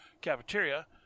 cafeteria